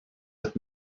with